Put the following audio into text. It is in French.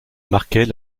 marquait